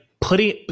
putting